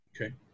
Okay